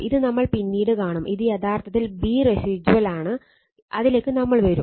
ഇത് നമ്മൾ പിന്നീട് കാണും ഇത് യഥാർത്ഥത്തിൽ B റേസിജ്വൽ ആണ് അതിലേക്ക് നമ്മൾ വരും